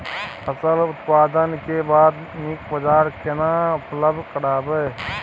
फसल उत्पादन के बाद नीक बाजार केना उपलब्ध कराबै?